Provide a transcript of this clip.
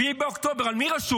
7 באוקטובר, על מי רשום?